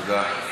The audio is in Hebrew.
תודה.